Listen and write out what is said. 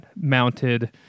mounted